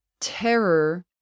terror